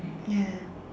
yeah